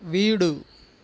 வீடு